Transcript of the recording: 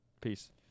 peace